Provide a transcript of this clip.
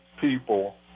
people